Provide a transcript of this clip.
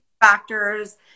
factors